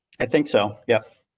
i think so. yeah.